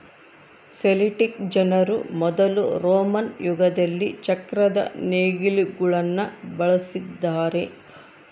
Celtic ಜನರು ಮೊದಲು Roman ಯುಗದಲ್ಲಿ ಚಕ್ರದ ನೇಗಿಲುಗುಳ್ನ ಬಳಸಿದ್ದಾರೆ